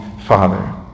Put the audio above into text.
Father